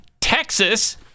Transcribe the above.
Texas